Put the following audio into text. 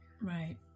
Right